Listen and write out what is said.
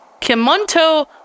Kimonto